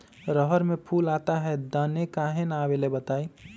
रहर मे फूल आता हैं दने काहे न आबेले बताई?